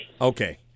Okay